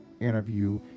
interview